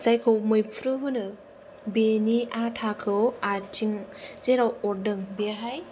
जायखौ मैफ्रु होनो बेनि आथाखौ आथिं जेराव अरदों बेहाय